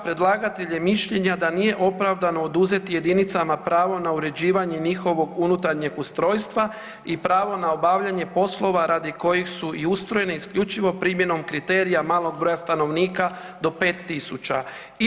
Predlagatelj je mišljenja da nije opravdano oduzeti jedinicama pravo na uređivanje njihovog unutarnjeg ustrojstva i pravo na obavljanje poslova radi kojih su i ustrojene isključivo primjenom kriterija malog broja stanovnika do 5 tisuća.